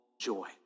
joy